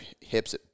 hips